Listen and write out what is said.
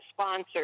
sponsors